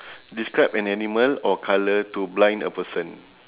describe an animal or colour to blind a person